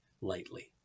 lightly